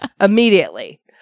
immediately